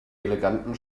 eleganten